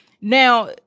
Now